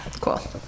cool